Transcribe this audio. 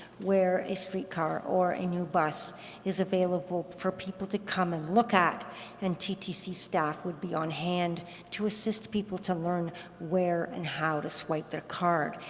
where a streetcar or a new bus is available for people to come and look at and ttc staff would be on hand to assist people to learn where and how to swipe their card.